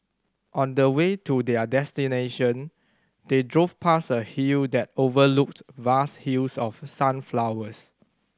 on the way to their destination they drove past a hill that overlooked vast fields of sunflowers